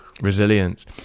resilience